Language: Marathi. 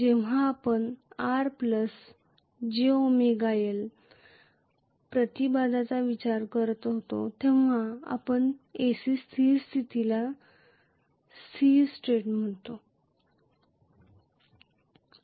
जेव्हा आपण RjωL प्रतिबाधाचा विचार करता तेव्हा आपण AC स्थिर स्थितीला स्थिर स्टेट म्हणता